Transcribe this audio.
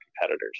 competitors